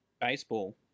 Baseball